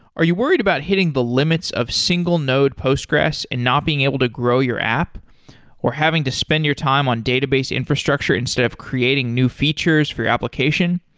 are you worried about hitting the limits of single node postgres and not being able to grow your app or having to spend your time on database infrastructure instead of creating new features for you application?